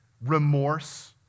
remorse